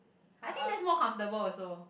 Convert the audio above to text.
I think that's more comfortable also